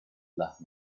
las